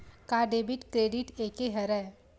का debit credit एके हरय?